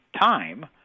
time